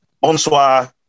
Bonsoir